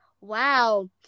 Wow